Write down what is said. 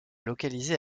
localisée